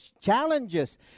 challenges